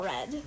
Red